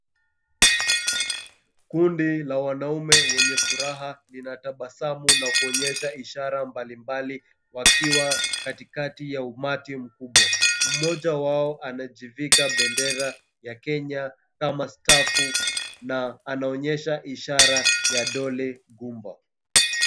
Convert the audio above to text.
Kundi la wanaume wenye furaha linatabasamu na kuonyesha ishara mbalimbali wakiwa katikati ya umati mkubwa. Mmoja wao anajivika bendera ya Kenya kama stafu na anaonyesha ishara ya dole gumba.